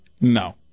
No